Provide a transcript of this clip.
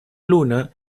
luna